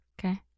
Okay